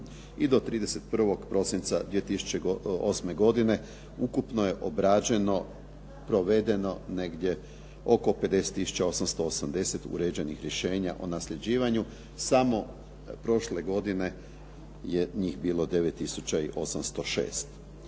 i do 31 prosinca 2008. godine ukupno je obrađeno, provedeno negdje oko 50 tisuća 880 uređenih rješenja o nasljeđivanju. Samo prošle godine je njih bilo 9